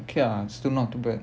okay lah still not too bad